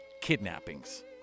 kidnappings